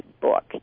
book